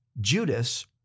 Judas